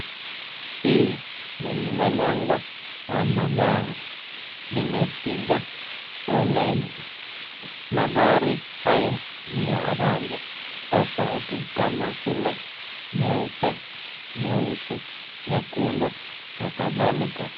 Hii ni mlolongo wa magari, limepiga foleni. Magari haya ni ya rangi tofauti kama vile nyeupe, nyeusi, nyekundu na kadhalika.